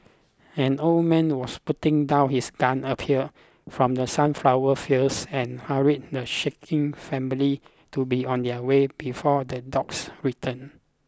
an old man was putting down his gun appeared from the sunflower fields and hurried the shaken family to be on their way before the dogs return